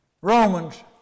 Romans